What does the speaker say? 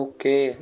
Okay